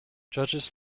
judges